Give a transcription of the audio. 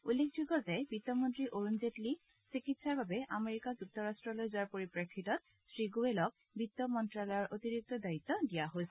উল্লেখযোগ্য যে বিত্তমন্ত্ৰী অৰুণ জেটলী চিকিৎসাৰ বাবে আমেৰিকা যুক্তৰাষ্টলৈ যোৱাৰ পৰিপ্ৰেক্ষিতত শ্ৰীগোৱেলক বিত্ত মন্ত্ৰ্যালয়ৰ অতিৰিক্ত দায়িত্ব দিয়া হৈছে